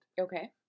okay